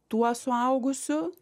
tuo suaugusiu